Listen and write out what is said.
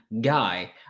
guy